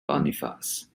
boniface